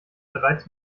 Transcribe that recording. bereits